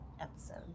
episode